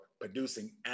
producing